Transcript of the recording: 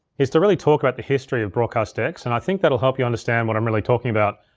is to really talk about the history of broadcast decks and i think that'll help you understand what i'm really talking about.